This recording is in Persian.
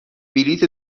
بلیت